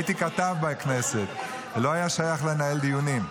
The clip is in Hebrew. הייתי כתב בכנסת, ולא היה שייך לנהל דיונים.